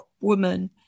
woman